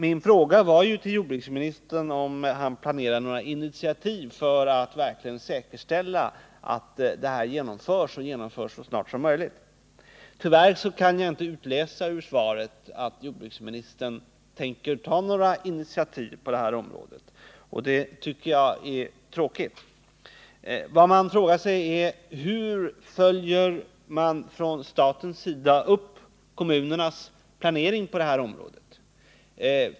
Min fråga till jordbruksministern var ju om han planerar några initiativ för att verkligen säkerställa att det här arbetet genomförs och genomförs så snart som möjligt. Tyvärr kan jag inte utläsa ur svaret att jordbruksministern tänker ta några initiativ på området, och det tycker jag är tråkigt. Vad jag frågar mig är: Hur följer man från statens sida upp kommunernas planering på det här området?